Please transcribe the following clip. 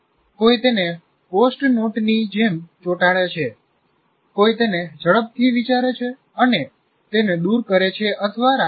કોઈ તેને પોસ્ટ નોટની જેમ ચોટાડે છે કોઈ તેને ઝડપથી વિચારે છે અને તેને દૂર કરે છે અથવા રાખે છે